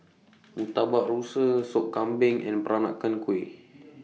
Murtabak Rusa Sop Kambing and Peranakan Kueh